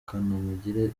kanamugire